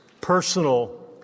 personal